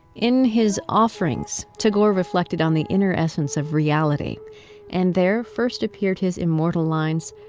in his offerings, tagore reflected on the inner essence of reality and there first appeared his immortal lines,